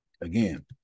Again